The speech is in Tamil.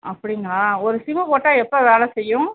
அப்படிங்களா ஒரு சிம்மு போட்டால் எப்போ வேலை செய்யும்